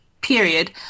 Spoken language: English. period